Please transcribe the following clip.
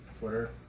Twitter